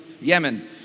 Yemen